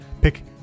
Pick